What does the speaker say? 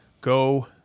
go